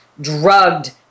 drugged